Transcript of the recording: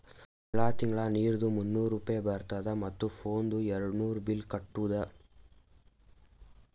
ತಿಂಗಳ ತಿಂಗಳಾ ನೀರ್ದು ಮೂನ್ನೂರ್ ರೂಪೆ ಬರ್ತುದ ಮತ್ತ ಫೋನ್ದು ಏರ್ಡ್ನೂರ್ ಬಿಲ್ ಕಟ್ಟುದ